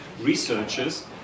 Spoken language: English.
researchers